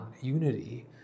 unity